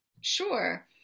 Sure